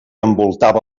envoltava